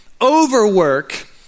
Overwork